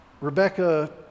Rebecca